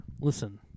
Listen